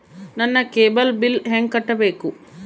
ನನ್ನ cable bill ಹೆಂಗ ಕಟ್ಟಬೇಕು?